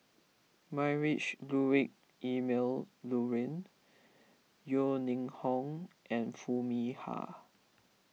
Ludwig Emil Luering Yeo Ning Hong and Foo Mee Har